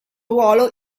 ruolo